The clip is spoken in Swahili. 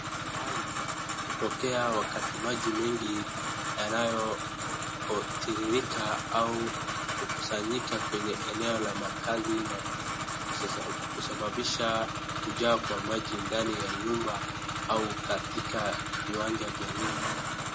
Ajali hutokea wakati maji mengi yanayotiririka au kukusanyika kwenye eneo la kazi na kusababisha kujaa kwa maji ndani ya nyumba au katika viwanja vya nyumba,